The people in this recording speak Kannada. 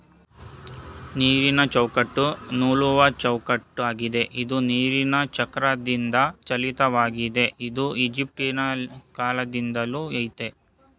ನೀರಿನಚೌಕಟ್ಟು ನೂಲುವಚೌಕಟ್ಟಾಗಿದೆ ಇದು ನೀರಿನಚಕ್ರದಿಂದಚಾಲಿತವಾಗಿದೆ ಇದು ಈಜಿಪ್ಟಕಾಲ್ದಿಂದಲೂ ಆಯ್ತೇ